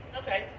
okay